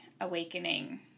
awakening